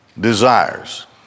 desires